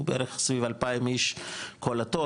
הוא בערך סביב 2,000 איש כל התור,